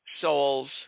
souls